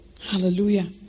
Hallelujah